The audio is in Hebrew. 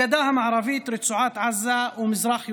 הגדה המערבית, רצועת עזה ומזרח ירושלים,